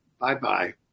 Bye-bye